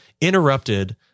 interrupted